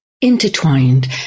intertwined